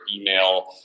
email